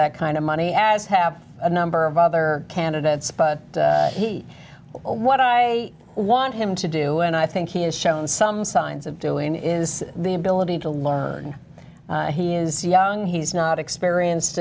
that kind of money as have a number of other candidates but he what i want him to do and i think he has shown some signs of doing is the ability to learn he is young he's not experienced